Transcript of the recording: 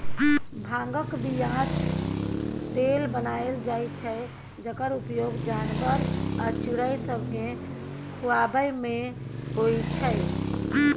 भांगक बीयासँ तेल बनाएल जाइ छै जकर उपयोग जानबर आ चिड़ैं सबकेँ खुआबैमे होइ छै